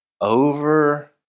over